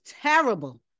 terrible